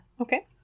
Okay